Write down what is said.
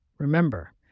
Remember